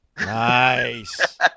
Nice